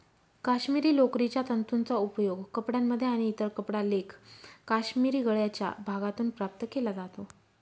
काश्मिरी लोकरीच्या तंतूंचा उपयोग कपड्यांमध्ये आणि इतर कपडा लेख काश्मिरी गळ्याच्या भागातून प्राप्त केला जातो